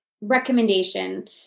recommendation